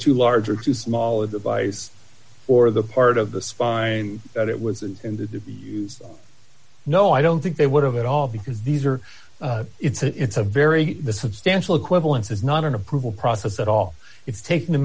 too large or too small a device or the part of the spine that it was intended to be used no i don't think they would have at all because these are it's a it's a very substantial equivalence is not an approval process at all it's taking the